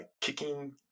kicking